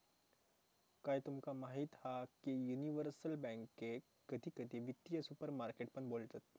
काय तुमका माहीत हा की युनिवर्सल बॅन्केक कधी कधी वित्तीय सुपरमार्केट पण बोलतत